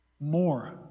more